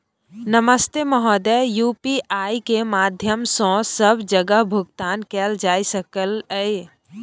नमस्ते महोदय, यु.पी.आई के माध्यम सं सब जगह भुगतान कैल जाए सकल ये?